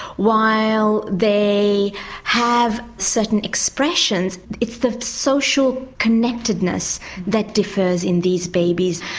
while they have certain expressions, it's the social connectedness that defers in these babies.